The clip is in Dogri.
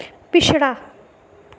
पिछड़ा